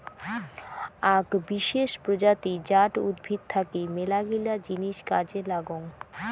আক বিশেষ প্রজাতি জাট উদ্ভিদ থাকি মেলাগিলা জিনিস কাজে লাগং